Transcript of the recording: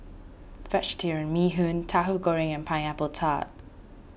Vegetarian Bee Hoon Tauhu Goreng and Pineapple Tart